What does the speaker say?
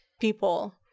people